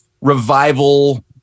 revival